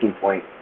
point